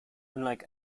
unlike